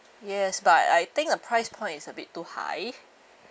yes but I think the price points a bit too high